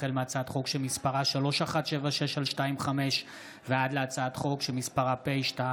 החל בהצעת חוק פ/3176/25 וכלה בהצעת חוק פ/3280/25: